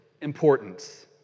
importance